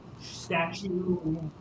statue